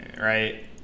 right